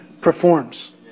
performs